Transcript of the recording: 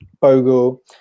Bogle